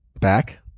back